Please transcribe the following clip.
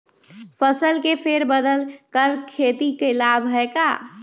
फसल के फेर बदल कर खेती के लाभ है का?